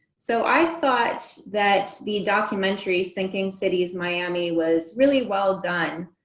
so i thought that the documentary, sinking cities miami, was really well done.